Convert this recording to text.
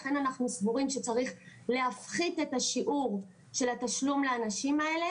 לכן אנחנו סבורים שצריך להפחית את השיעור של התשלום לאנשים האלה